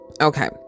Okay